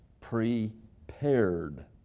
prepared